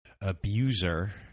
abuser